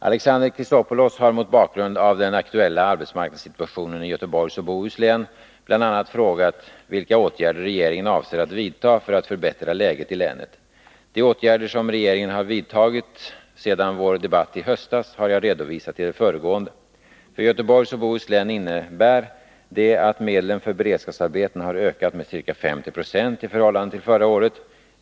Alexander Chrisopoulos har mot bakgrund av den aktuella arbetsmarknadssituationen i Göteborgs och Bohus län bl.a. frågat vilka åtgärder regeringen avser att vidta för att förbättra läget i länet. De ågärder som regeringen har vidtagit efter vår debatt i höstas har jag redovisat i det föregående. För Göteborgs och Bohus län innebär det att medlen för beredskapsarbeten har ökat med ca 50 26 i förhållande till förra året.